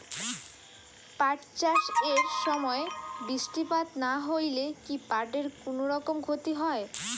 পাট চাষ এর সময় বৃষ্টিপাত না হইলে কি পাট এর কুনোরকম ক্ষতি হয়?